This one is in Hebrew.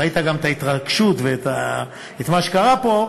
ראית גם את ההתרגשות ואת מה שקרה פה.